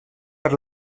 per